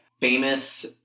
famous